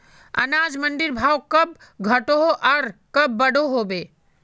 अनाज मंडीर भाव कब घटोहो आर कब बढ़ो होबे?